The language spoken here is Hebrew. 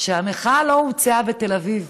שהמחאה לא הומצאה בתל אביב,